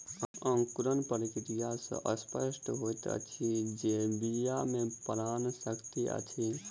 अंकुरण क्रिया सॅ स्पष्ट होइत अछि जे बीया मे प्राण शक्ति अछि